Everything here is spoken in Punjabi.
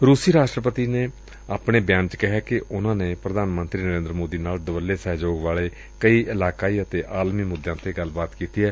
ਰੁਸੀ ਰਾਸ਼ਟਰਪਤੀ ਨੇ ਆਪਣੇ ਬਿਆਨ ਚ ਕਿਹੈ ਕਿ ਉਨੂਾ ਨੇ ਪ੍ਰਧਾਨ ਮੰਤਰੀ ਨਰੇਦਰ ਮੋਦੀ ਨਾਲ ਦੁਵੱਲੇ ਸਹਿਯੋਗ ਵਾਲੇ ਲਈ ਇਲਾਕਾਈ ਅਤੇ ਆਲਮੀ ਮੁੱਦਿਆਂ ਤੇ ਗੱਲਬਾਤ ਕੀਤੀ ਏ